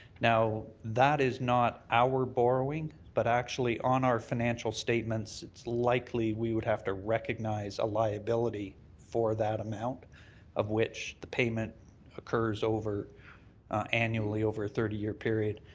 now, that is not our borrowing, but actually on our financial statements, it's likely we would have to recognize a liability for that amount of which the payment occurs over annually i over a thirty year period.